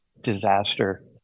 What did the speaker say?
disaster